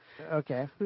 Okay